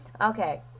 Okay